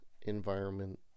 environment